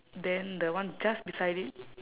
then the one just beside it